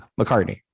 McCartney